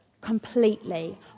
completely